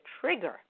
trigger